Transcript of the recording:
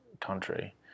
country